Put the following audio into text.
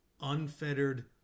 unfettered